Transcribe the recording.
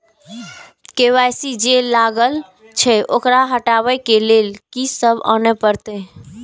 KYC जे लागल छै ओकरा हटाबै के लैल की सब आने परतै?